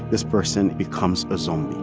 this person becomes a zombie